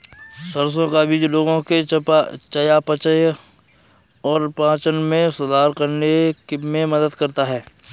सरसों का बीज लोगों के चयापचय और पाचन में सुधार करने में मदद करता है